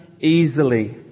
easily